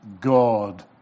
God